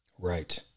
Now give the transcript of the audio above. Right